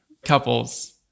couples